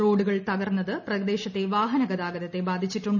റോഡുകൾ തകർന്നത് പ്രദേശത്തെ വാഹനഗതാഗതത്തെ ബാധിച്ചിട്ടുണ്ട്